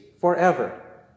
forever